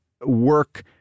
work